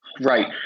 Right